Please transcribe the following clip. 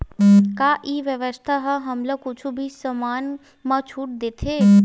का ई व्यवसाय ह हमला कुछु भी समान मा छुट देथे?